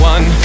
One